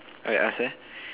I ask ah